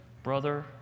brother